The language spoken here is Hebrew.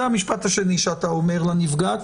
זה המשפט השני שאתה אומר לנפגעת.